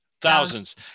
thousands